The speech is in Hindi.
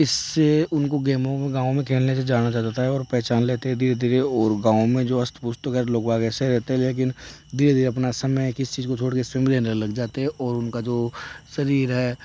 इससे उनको गेमों गाँव में खेलने से जाना जाता था और पहचान रहती थी और गाँव मैं जो हस्त पुस्त लोग बाग ऐसे होते है धीरे धीरे अपना समय किस चीज को छोड़कर लग जाते है और उनका जो शरीर है